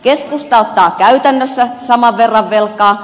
keskusta ottaa käytännössä saman verran velkaa